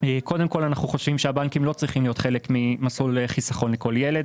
קודם כל אנו חושבים שהבנקים לא צריכים להיות חלק ממסלול חיסכון לכל ילד.